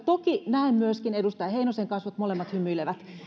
toki näen myöskin edustaja heinosen kasvot molemmat hymyilevät